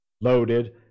loaded